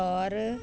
ਤੌਰ